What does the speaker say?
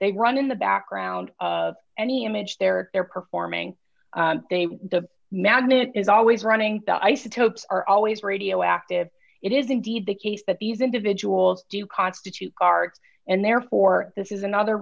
they run in the background of any image they're they're performing they the magnet is always running isotopes are always radioactive it is indeed the case that these individuals do constitute guards and therefore this is another